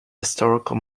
historical